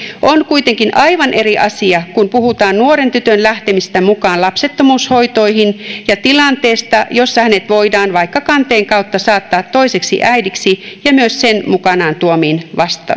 on kuitenkin aivan eri asia kun puhutaan nuoren tytön lähtemisestä mukaan lapsettomuushoitoihin ja tilanteesta jossa hänet voidaan vaikka kanteen kautta saattaa toiseksi äidiksi ja myös sen mukanaan tuomiin